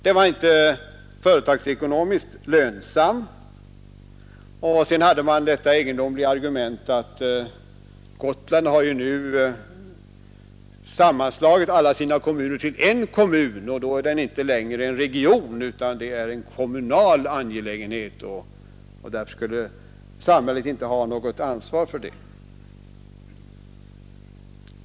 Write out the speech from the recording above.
Den var inte företagsekonomiskt lönsam, och vidare framförde man det egendomliga argumentet, att Gotland ju nu har sammanslagit alla sina kommuner till en kommun, och då är det inte längre en regional utan en kommunal angelägenhet, och därför skulle staten inte ha något ansvar för det.